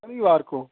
शनिवार को